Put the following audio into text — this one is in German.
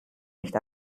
nicht